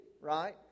right